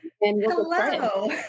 Hello